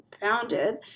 founded